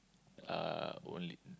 uh only